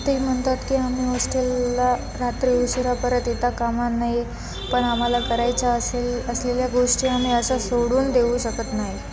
ते म्हणतात की आम्ही हॉस्टेलला रात्री उशीरा परत येता कामा नये पण आम्हाला करायच्या असेल असलेल्या गोष्टी आम्ही अशा सोडून देऊ शकत नाही